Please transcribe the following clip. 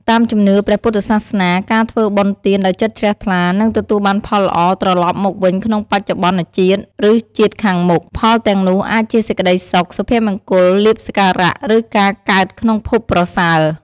តាមជំនឿព្រះពុទ្ធសាសនា ការធ្វើបុណ្យទានដោយចិត្តជ្រះថ្លា នឹងទទួលបានផលល្អត្រឡប់មកវិញក្នុងបច្ចុប្បន្នជាតិ ឬជាតិខាងមុខ។ ផលទាំងនោះអាចជាសេចក្ដីសុខ សុភមង្គល លាភសក្ការៈ ឬការកើតក្នុងភពប្រសើរ។